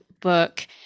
book